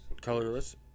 colorless